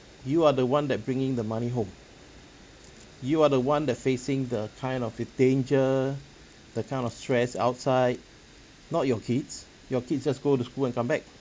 you are the one that bringing the money home you are the one that facing the kind of the danger the kind of stress outside not your kids your kids just go to school and come back